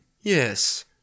yes